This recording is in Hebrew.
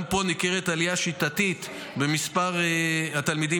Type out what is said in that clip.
גם פה ניכרת עלייה שיטתית במספר התלמידים